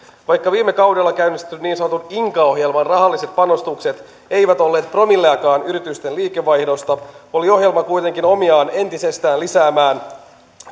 vaikka viime kaudella käynnistetyn niin sanotun inka ohjelman rahalliset panostukset eivät olleet promilleakaan yritysten liikevaihdosta oli ohjelma kuitenkin omiaan entisestään lisäämään